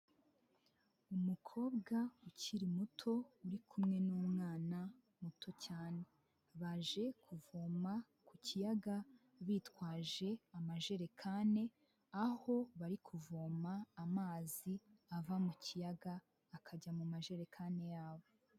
Umukobwa ukiri muto uri kumwe n'umwana muto cyane baje kuvoma ku kiyaga bitwaje amajerekani, aho bari kuvoma amazi ava mu kiyaga akajya mu majerekani yabo.